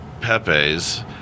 Pepe's